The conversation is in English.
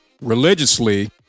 religiously